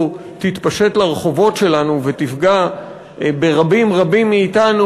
תתפשט לרחובות שלנו ותפגע ברבים רבים מאתנו,